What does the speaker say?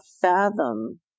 fathom